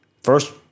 First